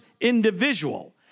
individual